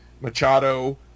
Machado